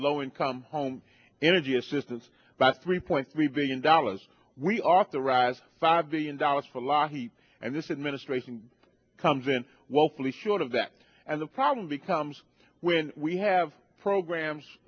low income home energy assistance by three point three billion dollars we are at the rise five billion dollars for lockheed and this administration comes in woefully short of that and the problem becomes when we have programs